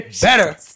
better